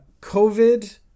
COVID